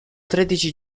tredici